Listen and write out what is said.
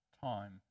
time